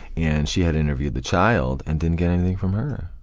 and she had interviewed the child and didn't get anything from her.